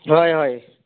ହଏ ହଏ